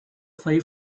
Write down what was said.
play